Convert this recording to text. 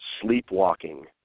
sleepwalking